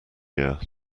year